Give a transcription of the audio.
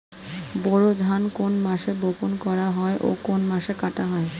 বোরো ধান কোন মাসে বপন করা হয় ও কোন মাসে কাটা হয়?